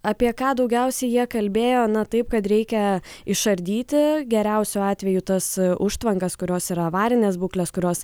apie ką daugiausiai jie kalbėjo na taip kad reikia išardyti geriausiu atveju tas užtvankas kurios yra avarinės būklės kurios